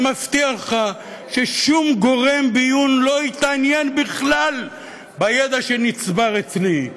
אני מבטיח לך ששום גורם ביון לא התעניין בכלל בידע שנצבר אצלי.